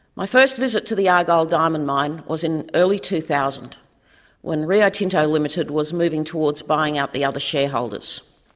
my first visit to the argyle diamond mine was in early two thousand when rio tinto ltd was moving towards buying out the other shareholders.